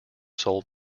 sold